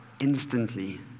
instantly